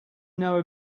know